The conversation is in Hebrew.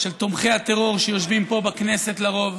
של תומכי הטרור שיושבים פה בכנסת לרוב,